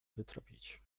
wytropić